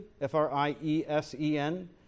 F-R-I-E-S-E-N